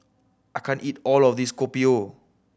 I can't eat all of this Kopi O